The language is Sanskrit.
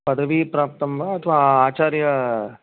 पदविः प्राप्तं वा अथवा आचर्य